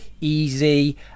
easy